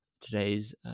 today's